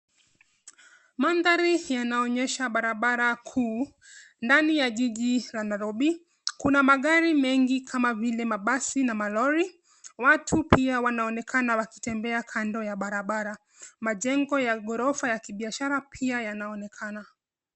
Mandhari yanaonyesha barabara kuu, ndani ya jiji la Nairobi. Kuna magari mengi kama vile mabasi na malori. Watu pia wanaonekana wakitembea kando ya barabara. Majengo ya ghorofa ya kibiashara pia yanaonekana.